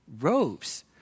robes